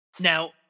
Now